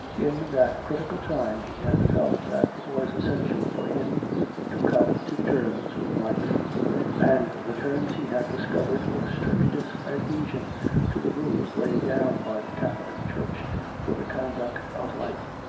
in that critical time he had felt that it was essential for him to come to terms with life and the terms he had discovered were strictest adhesion to the rules laid down by the catholic church for the conduct of life.